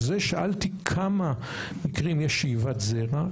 בגלל זה שאלתי כמה מקרים יש שאיבת זרע,